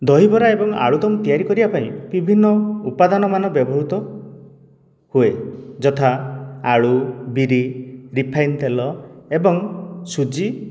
ଦହିବରା ଏବଂ ଆଳୁଦମ୍ ତିଆରି କରିବା ପାଇଁ ବିଭିନ୍ନ ଉପାଦାନ ମାନ ବ୍ୟବହୃତ ହୁଏ ଯଥା ଆଳୁ ବିରି ରିଫାଇନ ତେଲ ଏବଂ ସୁଜି